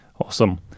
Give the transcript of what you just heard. Awesome